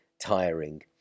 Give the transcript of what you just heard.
tiring